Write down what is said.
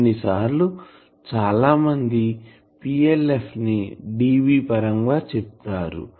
కొన్నిసార్లు చాలామంది PLF ని dB పరంగా చెప్తారు